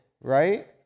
right